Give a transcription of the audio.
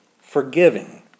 forgiving